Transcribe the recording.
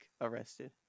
arrested